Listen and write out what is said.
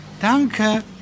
danke